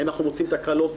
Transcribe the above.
האם אנחנו מוצאים תקלות?